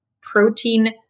protein